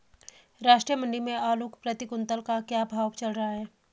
राष्ट्रीय मंडी में आलू प्रति कुन्तल का क्या भाव चल रहा है?